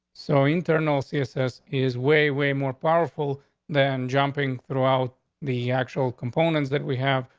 so internal ceases is way, way more powerful than jumping throughout the actual components that we have.